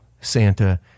Santa